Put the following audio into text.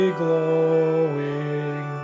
glowing